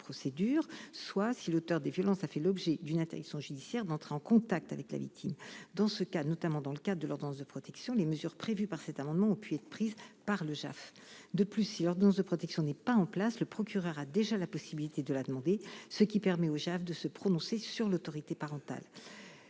soit si l'auteur des violences a fait l'objet d'une interdiction judiciaire d'entrer en contact avec la victime. Dans ce cas, notamment dans le cadre de l'ordonnance de protection, les mesures prévues par cet amendement ont pu être prises par le JAF. De plus, si l'ordonnance de protection n'est pas en place, le procureur a déjà la possibilité de la demander, ce qui permet au JAF de se prononcer sur l'autorité parentale.